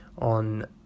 on